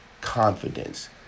confidence